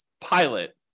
pilot